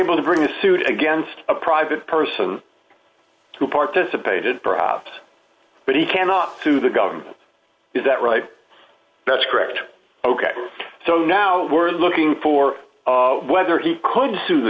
able to bring a suit against a private person who participated bribed but he cannot sue the government is that right that's correct ok so now we're looking for whether he could sue the